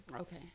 Okay